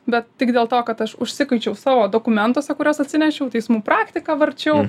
bet tik dėl to kad aš užsikuočiau savo dokumentuose kuriuos atsinešiau teismų praktiką varčiau